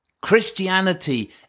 Christianity